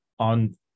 on